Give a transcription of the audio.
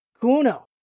Kuno